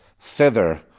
thither